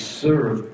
serve